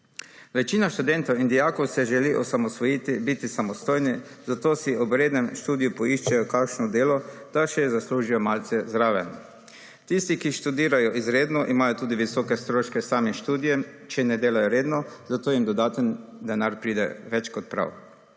Večina študentov in dijakov se želi osamosvojiti biti samostojni, zato si ob rednem študiju poiščejo kašno delo, da še zaslužijo malce zraven. Tisti, ki študirajo izredno, imajo tudi visoke stroške sami s študijem, če ne delajo redno, zato jim dodaten denar pride več kot prav.